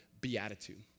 beatitude